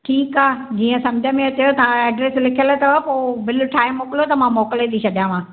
ठीकु आहे जीअं सम्झ में अचेव तव्हां एड्रैस लिखियलु अथव पोइ बिल ठाहे मोकिलो त मां मोकिले थी छॾियां मां